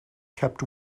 kept